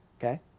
Okay